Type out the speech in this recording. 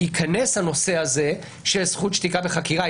שייכנס הנושא הזה של זכות שתיקה בחקירה,